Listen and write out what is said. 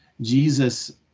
Jesus